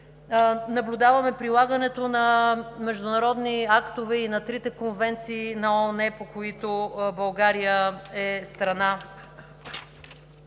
Наблюдаваме прилагането на международни актове и на трите конвенции на ООН, по които България е страна.